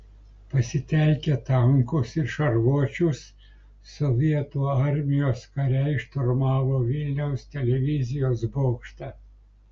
pasitelkę tankus ir šarvuočius sovietų armijos kariai šturmavo vilniaus televizijos bokštą